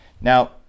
Now